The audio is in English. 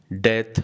death